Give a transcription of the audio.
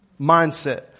mindset